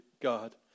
God